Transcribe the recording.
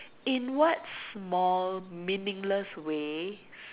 in what small meaningless way